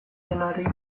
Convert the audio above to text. denari